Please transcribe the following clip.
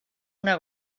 una